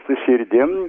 su širdim